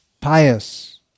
pious